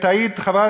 את היית,